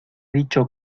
dicho